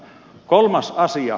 kolmas asia